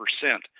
percent